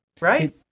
right